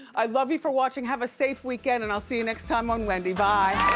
i love you for watching. have a safe weekend and i'll see you next time on wendy. bye.